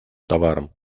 товаром